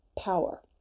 power